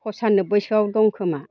फसानोबबै